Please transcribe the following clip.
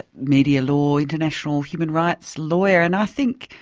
media law international human rights lawyer and i think,